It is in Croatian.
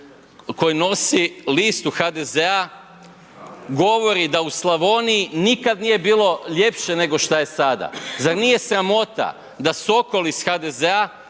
koji nosi listu HDZ-a govori da u Slavoniji nikad nije bilo ljepše nego što je sada. Zar nije sramota da Sokol iz HDZ-a,